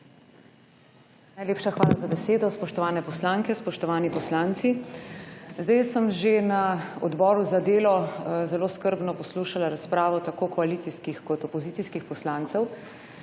SDS):** Hvala za besedo. Spoštovani poslanke in poslanci! Jaz sem že na Odboru za delo zelo skrbno poslušala razpravo tako koalicijskih kot opozicijskih poslancev